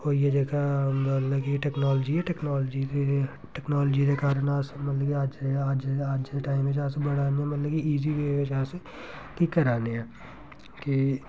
होई गेआ जेह्का मतलब कि टैक्नोलाजी ऐ टैक्नोलाजी ते टैक्नोलाजी दे कारण अस मतलब कि अज्ज अज्ज अज्ज दे टाइम बड़ा इ'यां मतलब कि ईजी वे च अस करै ने आं कि